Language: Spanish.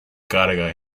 carga